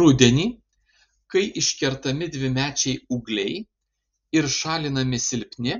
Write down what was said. rudenį kai iškertami dvimečiai ūgliai ir šalinami silpni